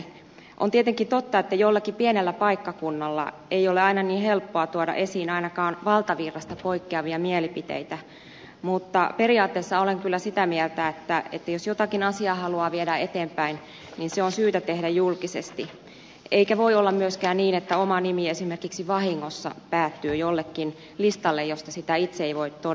on tietenkin totta että jollakin pienellä paikkakunnalla ei ole aina niin helppoa tuoda esiin ainakaan valtavirrasta poikkeavia mielipiteitä mutta periaatteessa olen kyllä sitä mieltä että jos jotakin asiaa haluaa viedä eteenpäin se on syytä tehdä julkisesti eikä voi olla myöskään niin että oma nimi esimerkiksi vahingossa päätyy jollekin listalle josta sitä itse ei voi todeta